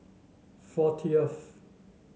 fortieth